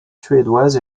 suédoise